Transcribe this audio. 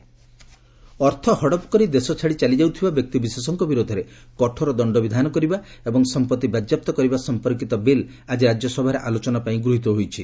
RS fugitive economic bill ଅର୍ଥ ହଡପ୍ କରି ଦେଶ ଛାଡ଼ି ଚାଲିଯାଉଥିବା ବ୍ୟକ୍ତିବିଶେଷଙ୍କ ବିରୋଧରେ କଠୋର ଦଶ୍ଡ ବିଧାନ କରିବା ଏବଂ ସମ୍ପତ୍ତି ବାଜ୍ୟାପ୍ତ କରିବା ସମ୍ପର୍କିତ ବିଲ୍ ଆଜି ରାଜ୍ୟସଭାରେ ଆଲୋଚନାପାଇଁ ଗୃହିତ ହୋଇଛି